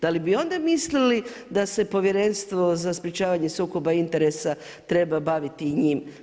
Da li bi onda mislili da se Povjerenstvo za sprječavanje sukoba interesa treba baviti i njim?